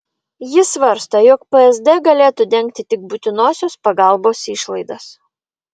ji svarsto jog psd galėtų dengti tik būtinosios pagalbos išlaidas